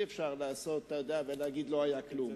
אי-אפשר לעשות, ולהגיד לא היה כלום.